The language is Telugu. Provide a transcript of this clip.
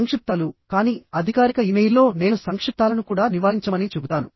సంక్షిప్తాలుకానీ అధికారిక ఇమెయిల్లో నేను సంక్షిప్తాలను కూడా నివారించమని చెబుతాను